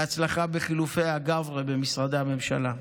בהצלחה בחילופי הגברי במשרדי הממשלה.